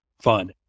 fun